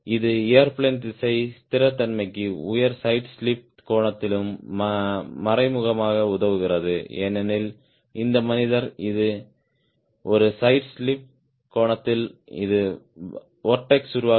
இது ஏர்பிளேன் திசை ஸ்திரத்தன்மைக்கு உயர் சைடு ஸ்லிப் கோணத்திலும் மறைமுகமாக உதவுகிறது ஏனெனில் இந்த மனிதர் இது இது ஒரு சைடு ஸ்லிப் கோணத்தில் இந்த வொர்ட்ஸ் உருவாக்கும்